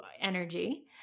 energy